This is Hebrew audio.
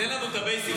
תן לנו את הבייסיק,